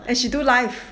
when she do live